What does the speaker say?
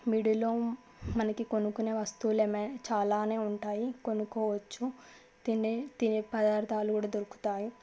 మిడిల్లో మనకి కొనుకునే వస్తువులు ఏమైనా చాలా ఉంటాయి కొనుకోవచ్చు తినే తినే పదార్థాలు కూడా దొరుకుతాయి